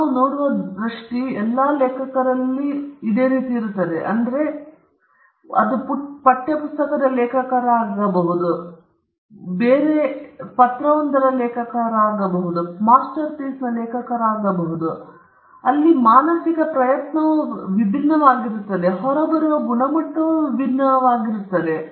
ನಾವು ನೋಡುವ ಈ ದೃಷ್ಟಿ ಎಲ್ಲಾ ಲೇಖಕರಲ್ಲಿ ಅದೇ ಆಗಿರಬಹುದು ಯಾರೆಂಬುದನ್ನು ಲೆಕ್ಕಿಸದೆಯೇ ಇದು ಪಠ್ಯ ಪುಸ್ತಕದ ಲೇಖಕರಾಗಬಹುದು ಅದು ಬೇರೊಬ್ಬರಿಗೆ ಕಳುಹಿಸಲಾಗುವ ಪತ್ರವೊಂದರ ಲೇಖಕರಾಗಬಹುದು ಅದು ಮಾಸ್ಟರ್ ಪೀಸ್ನ ಲೇಖಕರಾಗಬಹುದು ಆದರೆ ಮಾನಸಿಕ ಪ್ರಯತ್ನವು ಭಿನ್ನವಾಗಿರುತ್ತದೆ ಮತ್ತು ಹೊರಬರುವ ಗುಣಮಟ್ಟವೂ ಭಿನ್ನವಾಗಿರುತ್ತದೆ